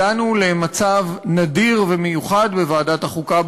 הגענו למצב נדיר ומיוחד בוועדת החוקה,